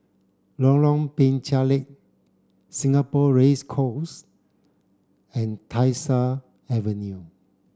Lorong Penchalak Singapore Race Course and Tyersall Avenue